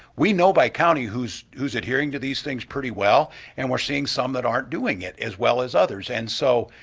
we know by county who's who's adhering to these things pretty well and we're seeing some that aren't doing it as well as others, and so